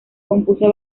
compuso